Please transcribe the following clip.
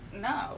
no